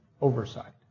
oversight